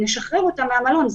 נשחרר אותם מהמלון.